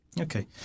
Okay